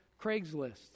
Craigslist